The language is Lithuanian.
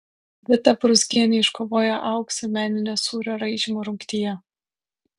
vita brūzgienė iškovojo auksą meninio sūrio raižymo rungtyje